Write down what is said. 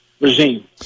regime